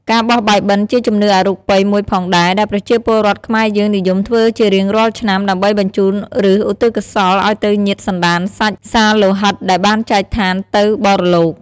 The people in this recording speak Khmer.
ការបោះបាយបិណ្ឌជាជំនឿអរូបិយមួយផងដែរ ដែលប្រជាពលរដ្ឋខ្មែរយើងនិយមធ្វើជារៀងរាល់ឆ្នាំ ដើម្បីបញ្ជូនឬឧទ្ទិសកុសលឱ្យទៅញាតិសន្ដានសាច់សាលោហិតដែលបានចែកឋានទៅបរលោក។